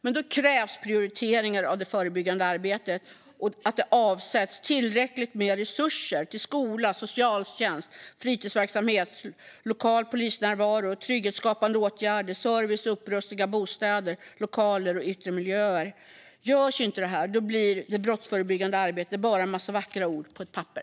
Men då krävs prioritering av det förebyggande arbetet och att det avsätts tillräckligt med resurser till skola, socialtjänst, fritidsverksamhet, lokal polisnärvaro, trygghetsskapande åtgärder, service och upprustning av bostäder, lokaler, och yttre miljöer. Görs inte detta blir det brottsförebyggande arbetet bara en massa vackra ord på ett papper.